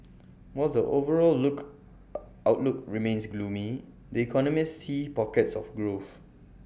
while the overall look outlook remains gloomy economists see pockets of growth